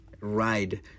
ride